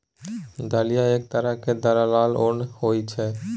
दलिया एक तरहक दरलल ओन होइ छै